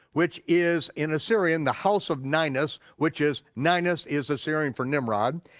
which is in assyrian the house of niness, which is, niness is assyrian for nimrod.